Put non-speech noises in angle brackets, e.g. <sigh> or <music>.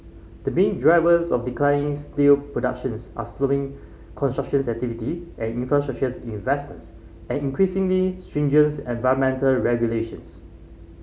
the main drivers of declining steel productions are slowing construction activity and infrastructure investments and increasingly stringent <unintelligible> environmental regulations